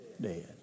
dead